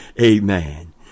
Amen